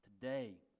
Today